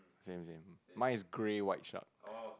same same mine is grey white shark